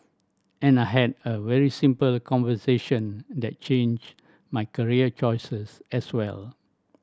and I had a very simple conversation that changed my career choices as well